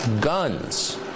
guns